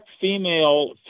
female